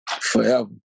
forever